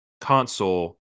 console